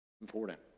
Important